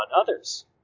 others